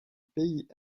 pays